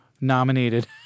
nominated